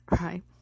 right